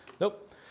nope